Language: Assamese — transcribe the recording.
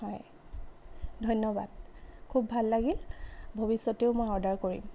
হয় ধন্যবাদ খুব ভাল লাগিল ভৱিষ্যতেও মই অৰ্ডাৰ কৰিম